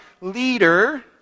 leader